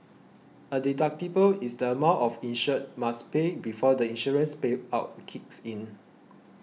a deductible is the amount an insured must pay before the insurance payout kicks in